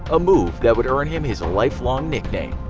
a move that would earn him his lifelong nickname.